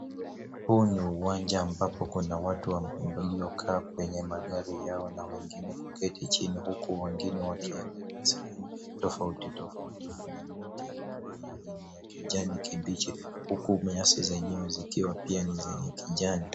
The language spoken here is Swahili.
Huu ni uwanja ambapo kuna watu waliokaa kwenye magari yao na wengine kuketi chini huku wengine wakiangalia sehemu tofauti tofauti. Kuna miti ambayo ni ya kijani kibichi huku nyasi zenyewe zikiwa pia ni zenye kijani.